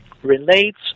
relates